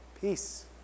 Peace